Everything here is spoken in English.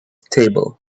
table